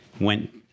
went